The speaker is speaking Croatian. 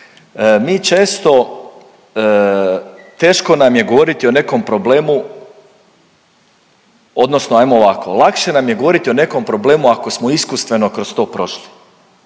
Mi često teško nam je govoriti o nekom problemu odnosno ajmo ovako lakše nam je govoriti o nekom problemu ako smo iskustveno kroz to prošli